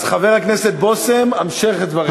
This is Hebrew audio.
אז חבר הכנסת בושם, המשך את דבריך.